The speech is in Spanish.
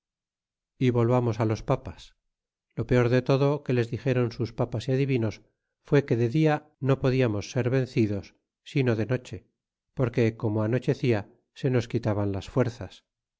e volvamos los papas y lo peor de todo que les dixéron sus papas é adivinos fue que de dia no podiamos ser vencidos sino de noche porque como anochecia se nos quitaban las fuerzas